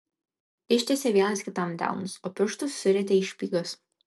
ištiesė vienas kitam delnus o pirštus surietė į špygas